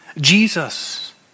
Jesus